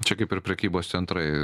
čia kaip ir prekybos centrai